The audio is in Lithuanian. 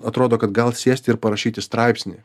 atrodo kad gal sėsti ir parašyti straipsnį